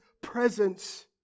presence